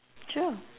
sure